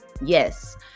Yes